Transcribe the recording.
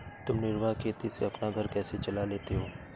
तुम निर्वाह खेती से अपना घर कैसे चला लेते हो?